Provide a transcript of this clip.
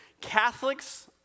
Catholics